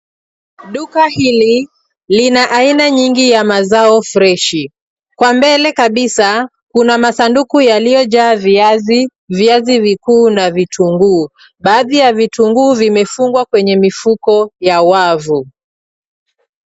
Duka hili, lina aina nyingi ya mazao freshi. Kwa mbele kabisa, kuna masanduku yaliyojaa viazi, viazi vikuu, na vitunguu. Baadhi ya vitunguu vimefungwa kwenye mifuko ya wavu.